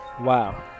Wow